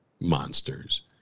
monsters